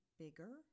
bigger